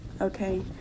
Okay